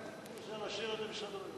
אפשר להסיר את זה מסדר-היום.